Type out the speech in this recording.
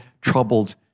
troubled